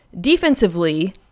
defensively